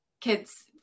kids